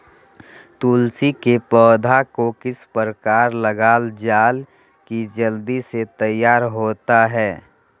तुलसी के पौधा को किस प्रकार लगालजाला की जल्द से तैयार होता है?